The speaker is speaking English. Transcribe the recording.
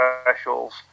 Specials